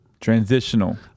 Transitional